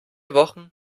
wochen